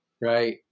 right